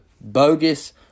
bogus